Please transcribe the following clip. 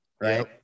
right